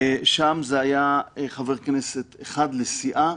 שם זה היה חבר כנסת אחד לסיעה,